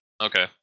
Okay